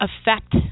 affect